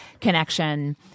connection